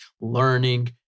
learning